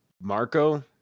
Marco